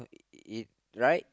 uh right